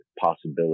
possibility